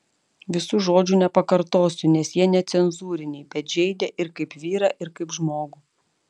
visų žodžių nepakartosiu nes jie necenzūriniai bet žeidė ir kaip vyrą ir kaip žmogų